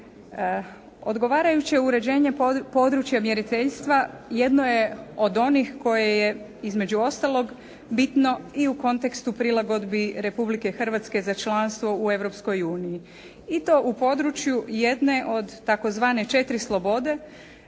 Odgovarajuće uređenje područja mjeriteljstva jedno je od onih koje je između ostalog bitno i u kontekstu prilagodbi Republike Hrvatske za članstvo u Europskoj uniji i to u području jedne od tzv. 4 slobode